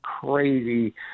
crazy